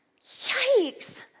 Yikes